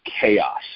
chaos